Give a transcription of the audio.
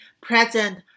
present